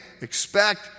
expect